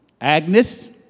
Agnes